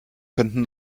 könnten